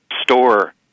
store